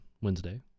Wednesday